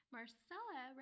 Marcella